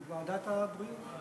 לוועדת הבריאות.